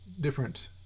different